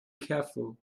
careful